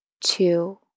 two